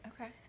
Okay